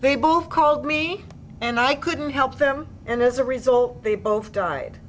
they both called me and i couldn't help them and as a result they both died